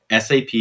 SAP